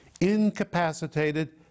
incapacitated